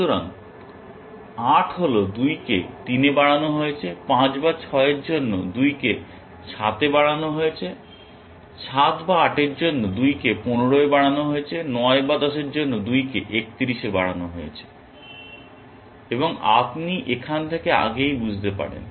সুতরাং 8 হল 2 কে 3 এ বাড়ানো হয়েছে 5 বা 6 এর জন্য 2 কে 7 এ বাড়ানো হয়েছে 7 বা 8 এর জন্য 2 কে 15 এ বাড়ানো হয়েছে 9 বা 10 এর জন্য 2 কে 31 এ বাড়ানো হয়েছে এবং আপনি এখান থেকে আগেই বুঝতে পারেন